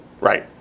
Right